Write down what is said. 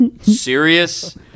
serious